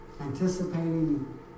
anticipating